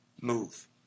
move